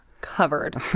covered